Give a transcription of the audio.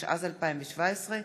התשע"ז 2017,